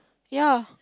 ya